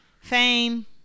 fame